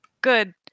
good